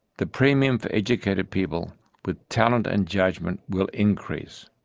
the premium for educated people with talent and judgment will increase.